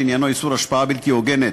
שעניינו איסור השפעה בלתי הוגנת,